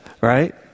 right